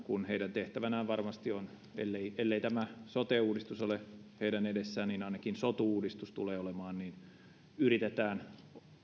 tehtävänä varmasti tulee olemaan ellei sote uudistus ole heidän edessään ainakin sotu uudistus niin toivon että yritetään